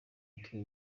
umutwe